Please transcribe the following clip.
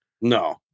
No